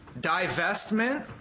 divestment